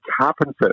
carpenters